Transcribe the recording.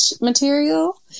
material